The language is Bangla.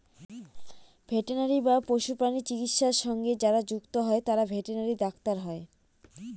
ভেটেনারি বা পশুপ্রাণী চিকিৎসা সঙ্গে যারা যুক্ত হয় তারা ভেটেনারি ডাক্তার হয়